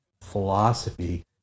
philosophy